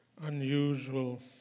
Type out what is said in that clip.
unusual